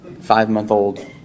five-month-old